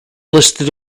listed